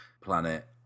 planet